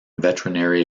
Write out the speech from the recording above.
veterinary